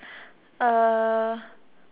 uh